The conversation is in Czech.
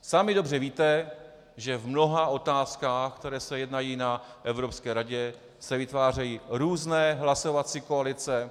Sami dobře víte, že v mnoha otázkách, které se jednají na Evropské radě, se vytvářejí různé hlasovací koalice.